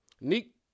Neek